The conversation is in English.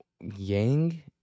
yang